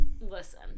Listen